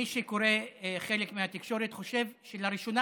מי שקורא חלק מהתקשורת חושב שלראשונה